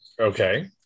Okay